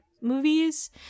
movies